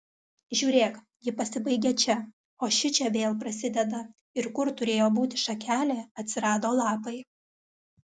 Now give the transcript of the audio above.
žiūrėk ji pasibaigia čia o šičia vėl prasideda ir kur turėjo būti šakelė atsirado lapai